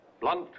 Blunt